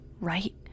right